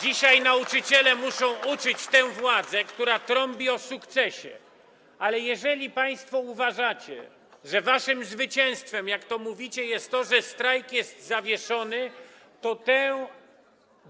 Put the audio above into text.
Dzisiaj nauczyciele muszą uczyć tę władzę, która trąbi o sukcesie, ale jeżeli państwo uważacie, że waszym zwycięstwem, jak to mówicie, jest to, że strajk jest zawieszony, to tę